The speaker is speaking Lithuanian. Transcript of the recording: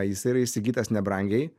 jis yra įsigytas nebrangiai